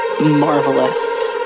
Marvelous